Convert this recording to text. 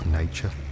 nature